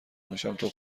میشم، تو